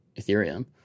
Ethereum